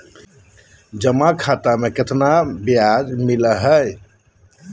जमा खाता में केतना ब्याज मिलई हई?